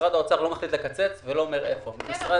משרד